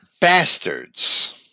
bastards